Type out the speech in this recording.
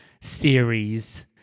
series